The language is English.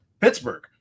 Pittsburgh